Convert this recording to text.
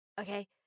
okay